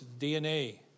DNA